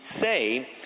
say